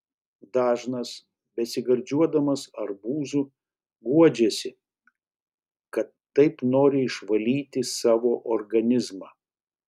dažnas besigardžiuodamas arbūzu guodžiasi kad taip nori išvalyti savo organizmą